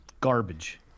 garbage